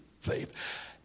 faith